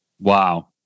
Wow